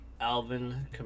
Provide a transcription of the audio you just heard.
Alvin